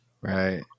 right